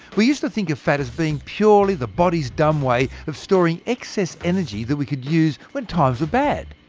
we used to think of fat as being purely the body's dumb way of storing excess energy that we could use when times were bad.